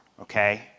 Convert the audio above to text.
Okay